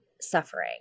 suffering